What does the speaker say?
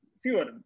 fewer